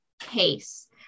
Case